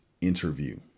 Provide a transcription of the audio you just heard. interview